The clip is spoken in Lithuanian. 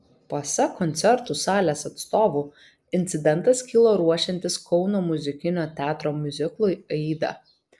pasak koncertų salės atstovų incidentas kilo ruošiantis kauno muzikinio teatro miuziklui aida